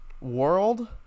World